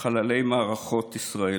לחללי מערכות ישראל.